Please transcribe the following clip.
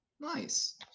Nice